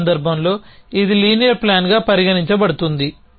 ఈ సందర్భంలో ఇది లీనియర్ ప్లాన్గా పరిగణించబడుతుంది